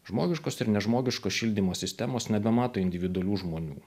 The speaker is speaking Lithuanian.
žmogiškos ir nežmogiškos šildymo sistemos nebemato individualių žmonių